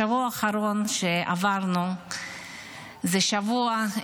השבוע האחרון שעברנו זה שבוע,